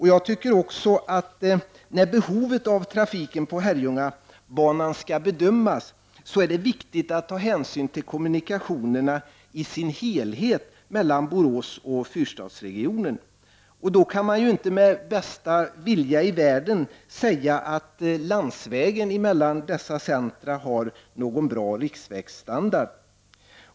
Vidare anser jag att när behovet av trafiken på Herrljungabanan skall bedömas är det viktigt att hänsyn tas till kommunikationerna i sin helhet mellan Borås och fyrstadsregionen. Då kan man ju inte med bästa vilja i världen säga att landsvägen mellan dessa centra har någon bra riksvägsstandard.